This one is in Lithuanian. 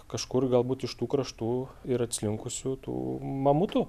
kažkur galbūt iš tų kraštų ir atslinkusių tų mamutų